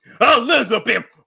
Elizabeth